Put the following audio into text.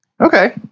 Okay